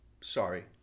Sorry